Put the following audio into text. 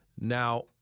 Now